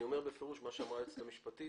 אומר בפירוש מה שאמרה היועצת המשפטית.